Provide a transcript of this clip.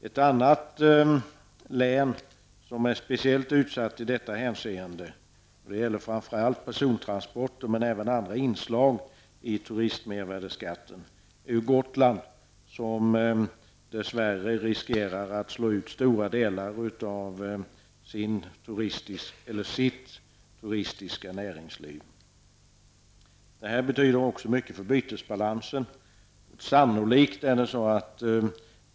Ett annat speciellt utsatt län vad gäller framför allt persontransporter men även andra inslag i turistmervärdeskatten är Gotland, som dess värre riskerar att få stora delar av sitt turistiska näringsliv utslaget. Det betyder också mycket för bytesbalansen.